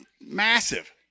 massive